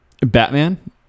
Batman